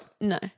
No